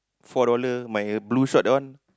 four dollar my blue short that one